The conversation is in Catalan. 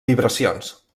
vibracions